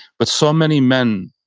but so many men